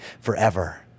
forever